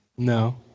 No